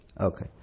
Okay